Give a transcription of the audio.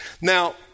Now